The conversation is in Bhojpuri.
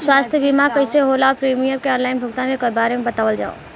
स्वास्थ्य बीमा कइसे होला और प्रीमियम के आनलाइन भुगतान के बारे में बतावल जाव?